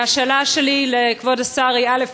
והשאלה שלי לכבוד השר היא: א.